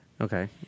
okay